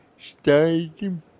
stadium